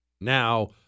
Now